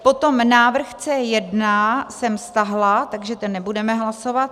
Potom návrh C1 jsem stáhla, takže ten nebudeme hlasovat.